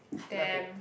love it